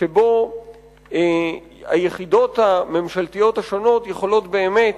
שבו היחידות הממשלתיות השונות יכולות באמת